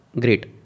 great